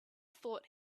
thought